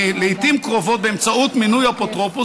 באמצעות מינוי אפוטרופוס,